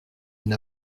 n’a